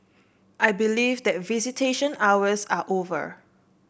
I believe that visitation hours are over